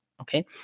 Okay